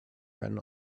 ran